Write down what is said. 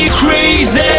crazy